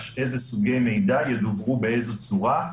איזה סוגי מידע ידוורו ובאיזו צורה,